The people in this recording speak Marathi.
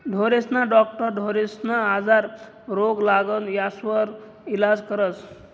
ढोरेस्ना डाक्टर ढोरेस्ना आजार, रोग, लागण यास्वर इलाज करस